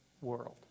world